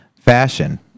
fashion